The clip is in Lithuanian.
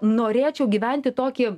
norėčiau gyventi tokį